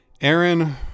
Aaron